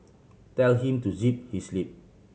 tell him to zip his lip